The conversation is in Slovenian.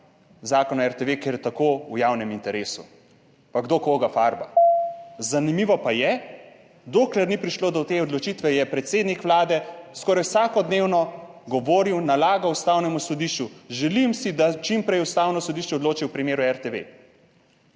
Zakona o RTV, ker je tako v javnem interesu. Pa kdo koga farba? Zanimivo pa je, dokler ni prišlo do te odločitve je predsednik Vlade skoraj vsakodnevno govoril, nalaga ustavnemu sodišču, želim si, da čim prej Ustavno sodišče odloči v primeru RTV.